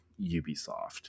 Ubisoft